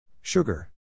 Sugar